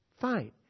Fine